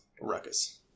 ruckus